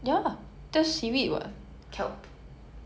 ya ya